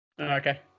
Okay